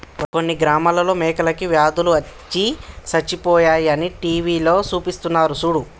కొన్ని గ్రామాలలో మేకలకి వ్యాధులు అచ్చి సచ్చిపోయాయి అని టీవీలో సూపిస్తున్నారు సూడు